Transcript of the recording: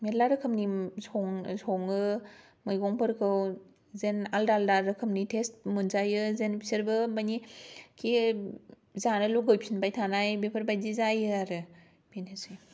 मेल्ला रोखोमनि सं सङो मैगंफोरखौ जेन आलदा आलदा रोखोमनि टेष्ट मोनजायो जेन बिसोरबो माने कि जानो लुबैफिनबाय थानाय बेफोरबायदि जायो आरो बेनोसै